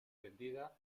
vendida